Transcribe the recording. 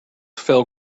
fell